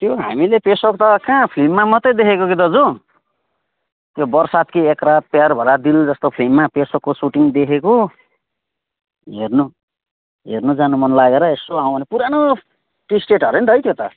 त्यो हामीले पेसोक त कहाँ फिल्ममा मात्रै देखेको कि दाजु त्यो बर्सात की एक रात प्यार भरा दिलजस्तो फिल्ममा पेसोकको सुटिङ देखेको हेर्नु हेर्नु जानु मन लागेर यसो आउनु पुरानो टी स्टेट हरे नि त है त्यो त